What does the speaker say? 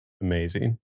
amazing